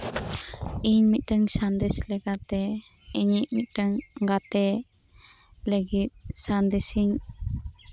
ᱤᱧ ᱢᱤᱫᱴᱟᱱ ᱥᱟᱸᱫᱮᱥ ᱞᱮᱠᱟᱛᱮ ᱤᱧᱤᱡ ᱢᱤᱫᱴᱟᱱ ᱜᱟᱛᱮ ᱛᱮ ᱞᱟᱹᱜᱤᱫ ᱥᱟᱸᱫᱮᱥ ᱤᱧ